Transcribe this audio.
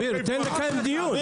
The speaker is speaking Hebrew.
אביר, תן לקיים דיון.